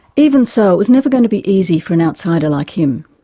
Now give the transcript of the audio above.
even so, it was never going to be easy for an outsider like him.